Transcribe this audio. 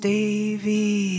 Davy